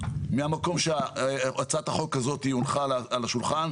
מהמקום של איך שהצעת החוק הזאת הונחה על השולחן.